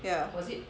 ya